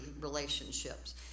relationships